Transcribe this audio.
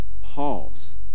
Pause